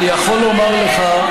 אני יכול לומר לך,